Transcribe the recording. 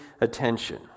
attention